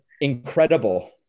incredible